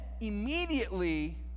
immediately